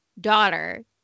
daughter